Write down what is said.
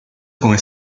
con